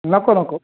नको नको